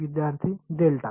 विद्यार्थी डेल्टा